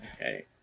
Okay